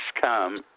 come